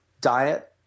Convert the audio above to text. diet